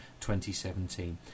2017